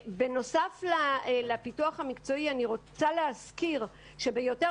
בנוסף לפיתוח המקצועי אני רוצה להזכיר שבלמעלה